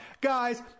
Guys